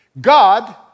God